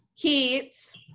Heats